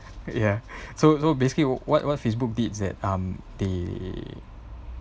ya so so basically what what Facebook did is that um they